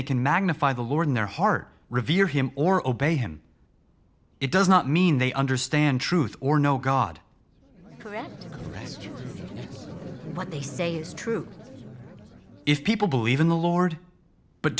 they can magnify the lord in their heart revere him or obey him it does not mean they understand truth or no god what they say is true if people believe in the lord but